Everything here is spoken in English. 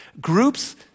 Groups